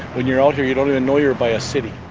when you're out here, you don't even know you're by a city,